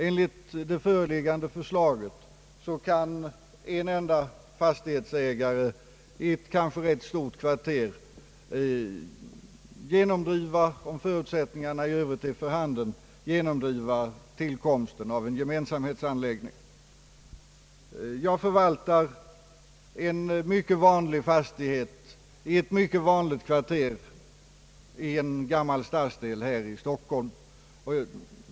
Enligt det föreliggande förslaget kan en enda fastighetsägare i ett kanske rätt stort kvarter genomdriva — om förutsättningar i övrigt är för handen — tillkomsten av en gemensamhetsanläggning. Jag förvaltar en vanlig fastighet i ett vanligt kvarter i en gammal stadsdel här i Stockholm.